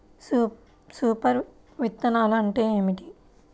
Super విత్తనాలు అంటే ఏమిటి?